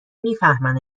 میفهمن